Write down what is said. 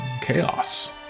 chaos